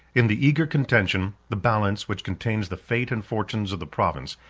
in the eager contention, the balance, which contains the fate and fortunes of the province,